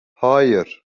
hayır